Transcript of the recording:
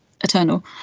eternal